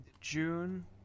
June